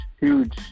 huge